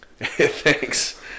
Thanks